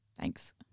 thanks